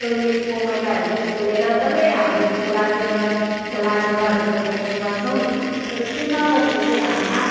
टोइलेटको मैलाहरूदेखिको लिएर डल्लै हामी खोलातिर खोला झोडाहरूतिर फ्याँक्ने गर्छौँ नि तर त्यो नगरेर चाहिँ हामी आफै